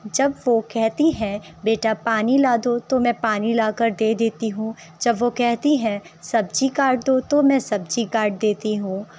جب وہ کہتی ہے بیٹا پانی لا دو تو میں پانی لا کر دے دیتی ہوں جب وہ کہتی ہے سبزی کاٹ دو تو میں سبزی کاٹ دیتی ہوں